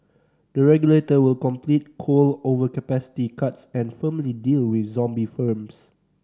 the regulator will complete coal overcapacity cuts and firmly deal with zombie firms